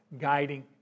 guiding